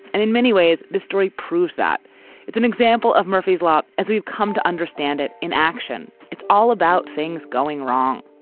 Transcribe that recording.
and in many ways the story proves that it's an example of murphy's law. as we've come to understand it in action, it's all about things going wrong.